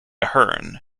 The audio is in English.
ahern